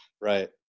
Right